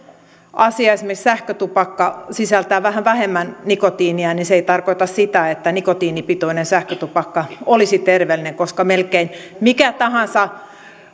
asia esimerkiksi sähkötupakka sisältää vähän vähemmän nikotiinia niin se ei tarkoita sitä että nikotiinipitoinen sähkötupakka olisi terveellinen koska melkein mikä tahansa